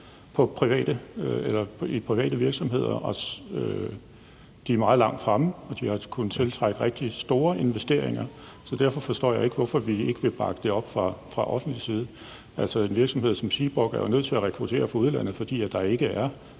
i private virksomheder. De er meget langt fremme og har kunnet tiltrække rigtig store investeringer, så derfor forstår jeg ikke, at vi ikke vil bakke det op fra offentlig side. Altså, en virksomhed som Seaborg Technologies er jo nødt til at rekruttere fra udlandet, fordi der ikke er